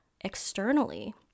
externally